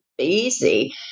easy